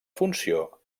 funció